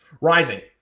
Rising